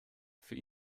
für